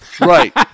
Right